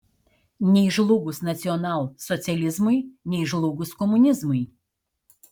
nei žlugus nacionalsocializmui nei žlugus komunizmui